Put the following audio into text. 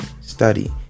study